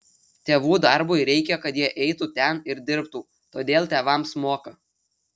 tėvų darbui reikia kad jie eitų ten ir dirbtų todėl tėvams moka